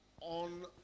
on